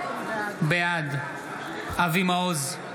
בעד אבי מעוז,